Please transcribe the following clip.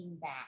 back